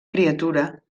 criatura